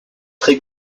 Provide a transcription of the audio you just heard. très